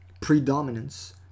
predominance